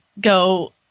go